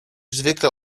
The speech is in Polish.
zwykle